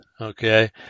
Okay